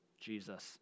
Jesus